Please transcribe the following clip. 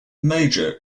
major